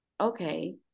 okay